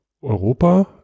Europa